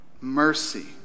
mercy